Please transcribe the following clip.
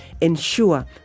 ensure